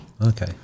Okay